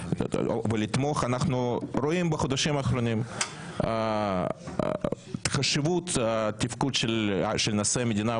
אנחנו רואים בחודשים האחרונים חשיבות תפקוד של נשיא המדינה,